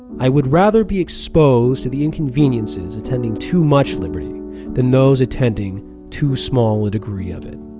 i would rather be exposed to the inconveniences attending too much liberty than those attending too small a degree of it.